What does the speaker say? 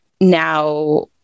Now